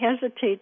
hesitate